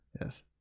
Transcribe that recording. yes